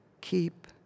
keep